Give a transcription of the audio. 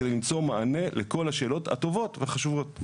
כדי למצוא מענה לכל השאלות הטובות והחשובות.